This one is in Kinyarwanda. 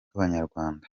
bw’abanyarwanda